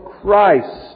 Christ